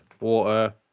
water